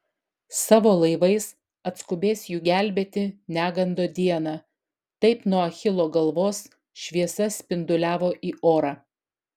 savo laivais atskubės jų gelbėti negando dieną taip nuo achilo galvos šviesa spinduliavo į orą